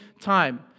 time